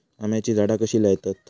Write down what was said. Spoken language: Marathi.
आम्याची झाडा कशी लयतत?